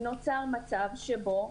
נוצר מצב שבו,